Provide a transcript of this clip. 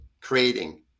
creating